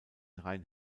rhein